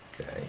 Okay